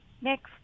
next